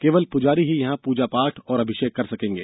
केवल पुजारी ही यहां पूजा पाठ और अभिषेक कर सकेंगे